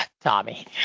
Tommy